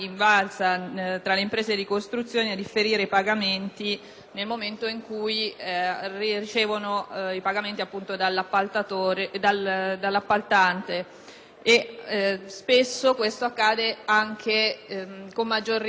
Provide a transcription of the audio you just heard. nel momento in cui ricevono i pagamenti dall'appaltante. Spesso questo accade anche con maggiore ritardo, ovvero anche successivamente alla